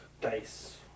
dice